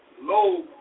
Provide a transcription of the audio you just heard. low